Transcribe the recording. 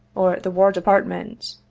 or the war department.